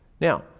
Now